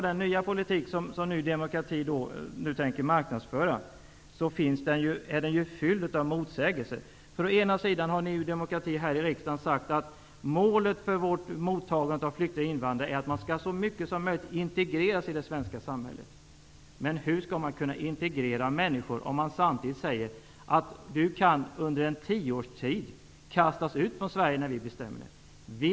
Den nya politik som Ny demokrati nu tänker marknadsföra är fylld av motsägelser -- det upptäcker man när man lyssnar på vad som sägs. Å ena sidan har Ny demokrati här i riksdagen sagt att målet för mottagandet av flyktingar och invandrare är att de så mycket som möjligt skall integreras i det svenska samhället. Men hur skall man kunna integrera människor om man samtidigt säger: Du kan under en tioårsperiod kastas ut från Sverige när vi bestämmer det.